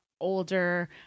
older